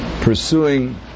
pursuing